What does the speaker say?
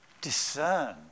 discern